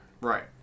Right